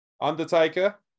Undertaker